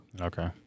Okay